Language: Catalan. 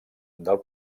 del